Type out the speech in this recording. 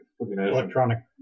Electronic